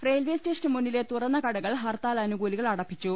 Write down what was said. railway സ്റ്റേഷന് മുന്നിലെ തുറന്ന കടകൾ ഹർത്താൽ അനുകൂലി കൾ അടപ്പിച്ചു